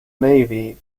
navy